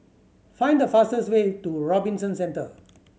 find the fastest way to Robinson Centre